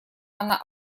она